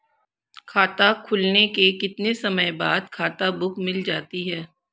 खाता खुलने के कितने समय बाद खाता बुक मिल जाती है?